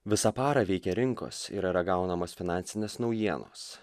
visą parą veikia rinkos ir yra gaunamos finansinės naujienos